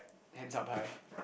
hands up high